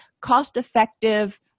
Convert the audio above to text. cost-effective